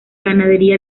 ganadería